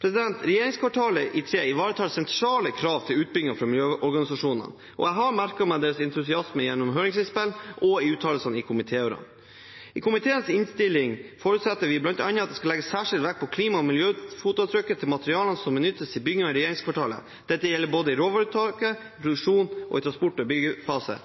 Et regjeringskvartal i tre ivaretar sentrale krav til utbyggingen fra miljøorganisasjonene. Jeg har merket meg deres entusiasme gjennom høringsinnspill og i uttalelser i komitéhøringer. I komiteens innstilling forutsetter vi bl.a. at det skal legges særskilt vekt på klima- og miljøfotavtrykket til materialene som benyttes i byggingen av regjeringskvartalet. Dette gjelder både i råvareuttak, i produksjon, i transport og i byggefase.